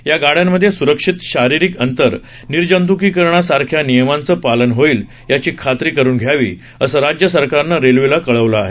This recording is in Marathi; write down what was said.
या गाड्यांमध्ये सुरक्षित शारीरिक अंतर निर्जतूकीकरणासारख्या नियमांचं पालन होईल याची खात्री करून घ्यावी असं राज्य सरकारनं रेल्वेला कळवलं आहे